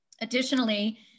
Additionally